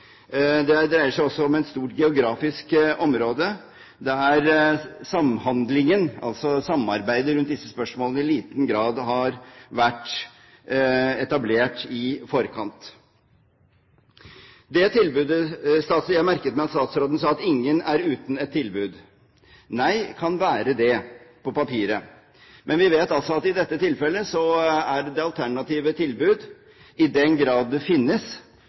Det dreier seg også om et stort geografisk område der samhandlingen, altså samarbeidet rundt disse spørsmålene, i liten grad har vært etablert i forkant. Jeg merket meg at statsråden sa at ingen er uten et tilbud. Nei, det kan være det – på papiret. Men vi vet altså at i dette tilfellet er det alternative tilbudet, i den grad det finnes